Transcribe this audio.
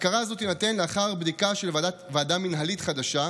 ההכרה הזאת תינתן לאחר בדיקה של ועדה מינהלית חדשה,